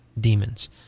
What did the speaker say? demons